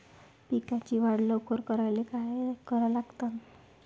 पिकाची वाढ लवकर करायले काय करा लागन?